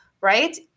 right